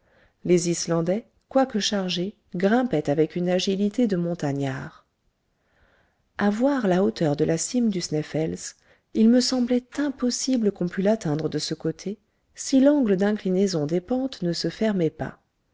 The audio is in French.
les islandais quoique chargés grimpaient avec une agilité de montagnards a voir la hauteur de la cime du sneffels il me semblait impossible qu'on pût l'atteindre de ce côté si l'angle d'inclinaison des pentes ne se fermait pas